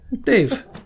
Dave